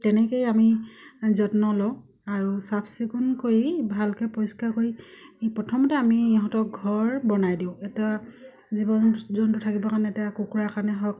তেনেকেই আমি যত্ন লওঁ আৰু চাফ চিকুণ কৰি ভালকে পৰিষ্কাৰ কৰি প্ৰথমতে আমি ইহঁতক ঘৰ বনাই দিওঁ এটা জীৱ জন্তু থাকিবৰ কাৰণে এটা কুকুৰা কাৰণে হওক